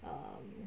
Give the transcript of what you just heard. um